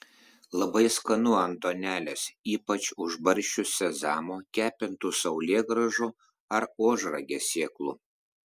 labai skanu ant duonelės ypač užbarsčius sezamo kepintų saulėgrąžų ar ožragės sėklų